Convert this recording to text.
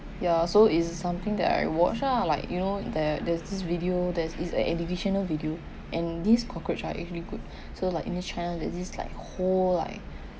ya so is something that I watch ah like you know there's this this video that's is an educational video and this cockroach are actually good so like in this channel there's this like whole like